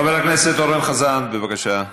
חבר הכנסת אורן חזן, בבקשה.